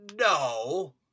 no